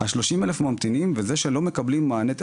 ה-30,000 ממתינים וזה שלא מקבלים מענה,